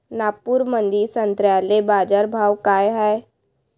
नागपुरामंदी संत्र्याले बाजारभाव काय हाय?